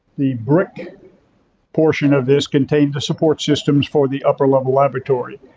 the brick portion of this contained the support systems for the upper level laboratory.